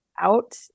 out